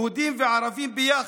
יהודים וערבים ביחד,